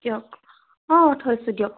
দিয়ক অঁ থৈছোঁ দিয়ক